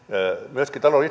myöskin talouden